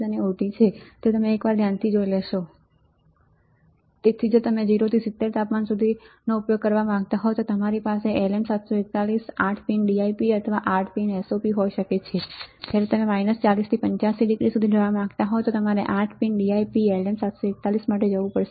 ≈70οC LM741CM 8 SOP LM741IN 8 DIP 40≈85οC તેથી જો તમે 0 થી 70 સુધી તાપમાનનો ઉપયોગ કરવા માંગતા હોવ તો અમારી પાસે LM 741 8 પિન DIP અથવા 8 પિન SOP હોઈ શકે છે જ્યારે તમે 40 થી 85 ડિગ્રી સુધી જવા માંગતા હો તો અમારે 8 પિન DIP LM 741 માટે જવું પડશે